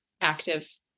active